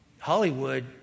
Hollywood